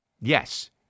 Yes